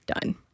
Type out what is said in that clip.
Done